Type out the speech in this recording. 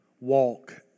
walk